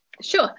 Sure